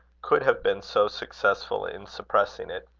could have been so successful in suppressing it.